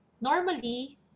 normally